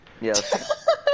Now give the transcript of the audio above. Yes